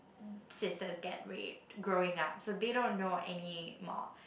sister get raped growing up so they don't know anymore